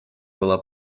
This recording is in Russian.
была